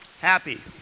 Happy